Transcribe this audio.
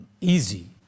easy